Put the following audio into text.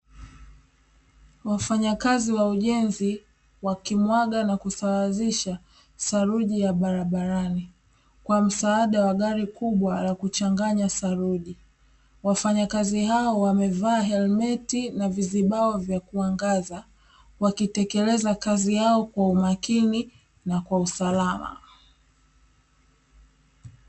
Wafanyakazi wa ujenzi wakimwaga na kusawazisha saruji ya barabarani kwa msaada wa gari kubwa la kuchanganya saruji. Wafanyakazi hao wamevaa elementi na vizibao vya kuangaza wakitekeleza kazi yao kwa umakini na kwa usalama.